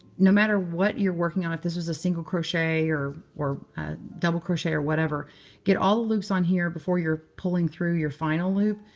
no matter what you're working on if this was a single crochet or a double crochet or whatever get all the loops on here before you're pulling through your final loop.